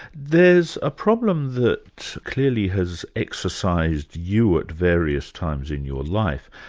there's a problem that clearly has exercised you at various times in your life,